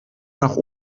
nach